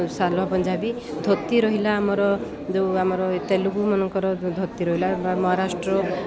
ଶାଲ୍ବାର ପଞ୍ଜାବୀ ଧୋତି ରହିଲା ଆମର ଯୋଉ ଆମର ତେଲୁଗୁମାନଙ୍କର ଧୋତି ରହିଲା ବା ମହାରାଷ୍ଟ୍ର